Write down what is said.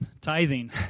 tithing